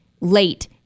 late